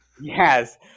Yes